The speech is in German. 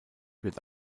wird